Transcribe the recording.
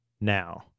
now